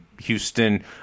Houston